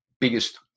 biggest